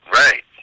right